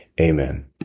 Amen